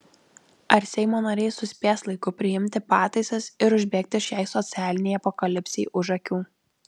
ar seimo nariai suspės laiku priimti pataisas ir užbėgti šiai socialinei apokalipsei už akių